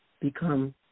become